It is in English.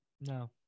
no